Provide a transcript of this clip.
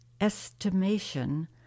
estimation